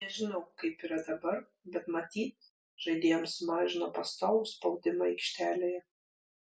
nežinau kaip yra dabar bet matyt žaidėjams sumažino pastovų spaudimą aikštelėje